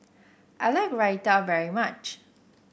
I like Raita very much